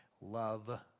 Love